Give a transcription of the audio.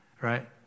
Right